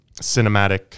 cinematic